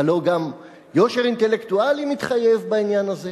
הלוא גם יושר אינטלקטואלי מתחייב בעניין הזה.